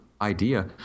idea